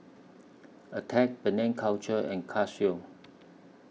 Attack Penang Culture and Casio